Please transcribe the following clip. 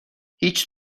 هیچ